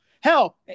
Hell